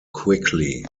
quickly